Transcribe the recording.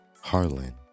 Harlan